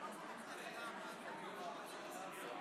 אנחנו עוברים להצעת חוק רישוי